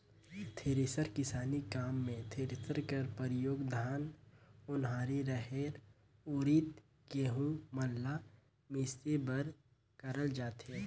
thresher किसानी काम मे थरेसर कर परियोग धान, ओन्हारी, रहेर, उरिद, गहूँ मन ल मिसे बर करल जाथे